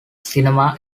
cinema